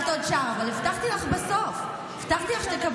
מה